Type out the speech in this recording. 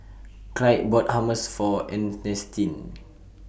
Clide bought Hummus For Ernestine